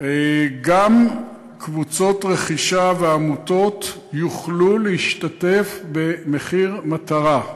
גם קבוצות רכישה ועמותות יוכלו להשתתף ב"מחיר מטרה".